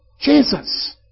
Jesus